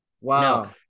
Wow